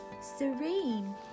serene